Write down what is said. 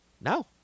No